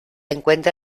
encuentra